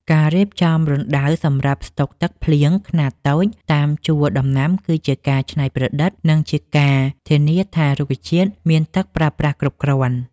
ការរៀបចំរណ្ដៅសម្រាប់ស្តុកទឹកភ្លៀងខ្នាតតូចតាមជួរដំណាំគឺជាការច្នៃប្រឌិត និងជាការធានាថារុក្ខជាតិមានទឹកប្រើប្រាស់គ្រប់គ្រាន់។